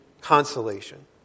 consolation